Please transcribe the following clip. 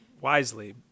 wisely